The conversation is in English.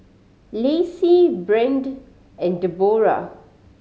Lacy Brandt and Debora